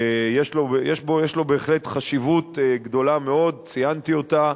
שיש לו בהחלט חשיבות גדולה מאוד, ציינתי אותה,